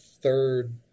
third